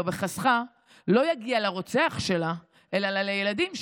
וחסכה לא יגיע לרוצח שלה אלא לילדים שלה.